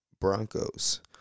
Broncos